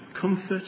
Comfort